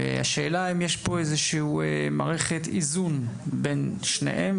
והשאלה היא האם יש פה איזושהי מערכת איזון בין שניהם,